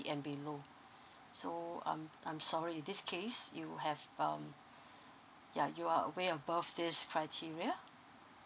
and below so um I'm sorry this case you have um ya you are way above this criteria